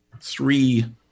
three